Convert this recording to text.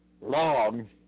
long